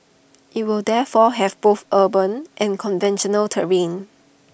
IT will therefore have both urban and conventional terrain